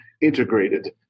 integrated